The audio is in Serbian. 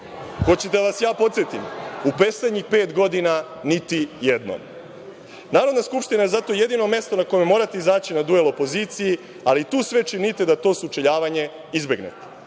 Hoćete li da vas ja podsetim? U poslednjih pet godina niti jedno. Narodna skupština je zato jedino mesto na kojem morate izaći na duel opoziciji, ali tu sve činite da to sučeljavanje izbegnete.